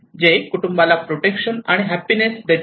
जे कुटुंबाला प्रोटेक्शन आणि हॅपिनेस देतात